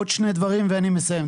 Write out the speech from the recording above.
עוד שני דברים ואני מסיים.